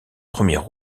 premiers